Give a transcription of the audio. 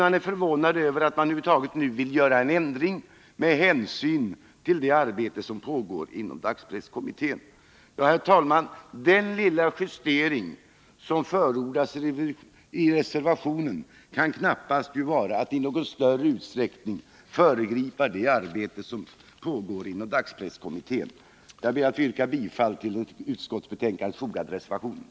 Han blev förvånad över att man över huvud taget vill företa en ändring nu, med hänsyn till det arbete som pågår inom dagspresskommittén. Herr talman! Den lilla justering som förordas i reservationen kan knappast innebära att man i någon större utsträckning föregriper det arbete som pågår inom dagspresskommittén. Jag ber att få yrka bifall till den vid utskottsbetänkandet fogade reservationen.